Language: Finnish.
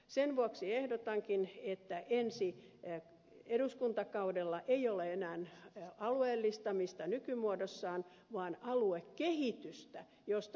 sen vuoksi ehdotankin että ensi eduskuntakaudella ei ole enää alueellistamista nykymuodossaan vaan aluekehitystä josta myös ed